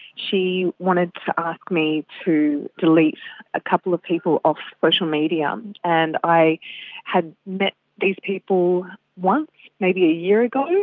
she wanted to ask me to delete a couple of people off social media, and and i had met these people once maybe a year ago.